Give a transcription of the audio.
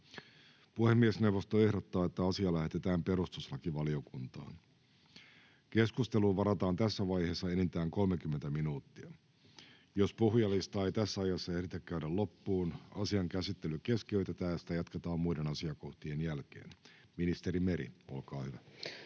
Puhemiesneuvosto ehdottaa, että asia lähetetään liikenne- ja viestintävaliokuntaan. Keskusteluun varataan tässä vaiheessa enintään 45 minuuttia. Jos puhujalistaa ei tässä ajassa ehditä käydä loppuun, asian käsittely keskeytetään ja sitä jatketaan muiden asiakohtien jälkeen. — Ministeri Ranne, olkaa hyvä.